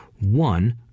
one